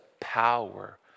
power